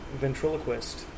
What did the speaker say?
ventriloquist